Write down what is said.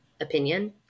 opinion